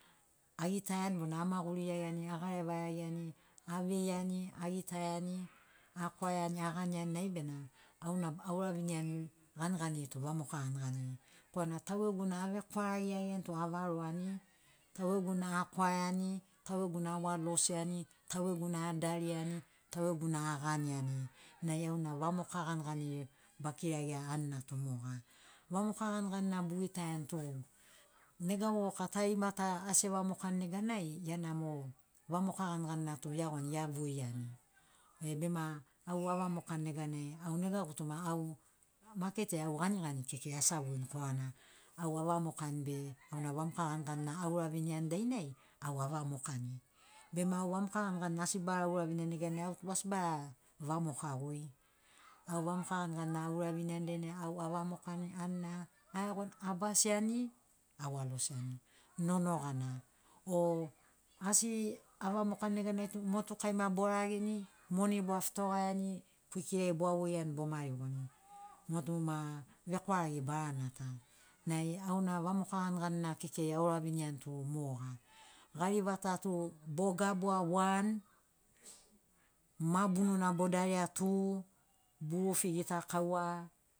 Agitaiani bona amagurigiaiani agarevagiaiani aveiani agitaiani akwaiani aganiani nai bena auna auraviniani ganiganiri tu vamoka ganiganiri korana taugegu na avekwaragiagiani tu avaroani taugegu na akwaiani taugegu auwalosiani taugegu na adariani taugegu na aganiani nai auna vamoka ganiganiri bakiraia anina tu moga vamoka ganiganina bogitaiani tu nega vovoka tarima ta asi evamokani neganai ia na mo vamoka ganigani na tu eagoni eavoiani bema au avamokani neganai au nega gutuma au maket ai au ganigani kekei asi avoini korana au avamokani be auna vamoka ganigani na aura viniani dainai au avamokani bema au vamoka ganigani asi bara uravinia neganai au tu asi ba vamoka goi au vamoka ganigani na auraviniani dainai au vamoka anina aeagoni abasiani awalosiani nonogana o asi avamokani neganai tu motukai ma borageni moni boafitogaiani kwikila boavoiani bo marigoni motu ma vekwaragi barana ta nai auna vamoka ganiganina kekei auraviniani tu moga garivata tu bogabua wan ma bununa bodariani tu borufi gitakaua